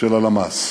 של הלמ"ס,